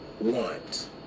want